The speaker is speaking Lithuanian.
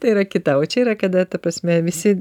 tai yra kita o čia yra kada ta prasme visi